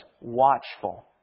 watchful